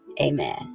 Amen